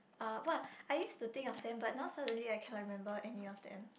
uh !wah! I used to think of them but now suddenly I cannot remember any of them